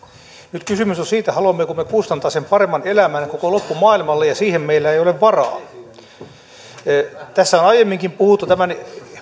nyt kysymys on siitä haluammeko me kustantaa sen paremman elämän koko loppumaailmalle ja siihen meillä ei ole varaa tässä on aiemminkin puhuttu tämän